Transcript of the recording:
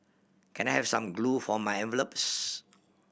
can I have some glue for my envelopes